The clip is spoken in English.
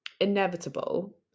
inevitable